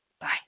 Bye